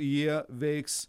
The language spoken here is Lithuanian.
jie veiks